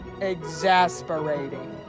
exasperating